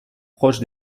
proche